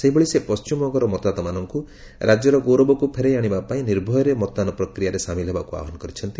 ସେହିଭଳି ସେ ପଣ୍ଟିମବଙ୍ଗର ମତଦାତାମାନଙ୍କୁ ରାଜ୍ୟର ଗୌରବକୁ ଫେରାଇ ଆଣିବା ପାଇଁ ନିର୍ଭୟରେ ମତଦାନ ପ୍ରକ୍ରିୟାରେ ସାମିଲ ହେବାକୁ ଆହ୍ୱାନ କରିଛନ୍ତି